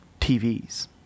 TVs